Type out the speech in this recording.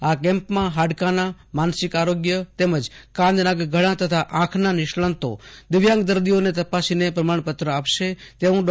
આ કેમ્પમાં હાડકાનામાનસિક આરોગ્યોતેમજ કાન નાક તથા ગળા તેમજ આંખના નિષ્ણાંતો વિકલાંગ દર્દીઓને તપાસીને પ્રમાણપત્ર આપશે તેવું ડો